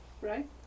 right